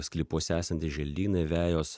sklypuose esantys želdynai vejos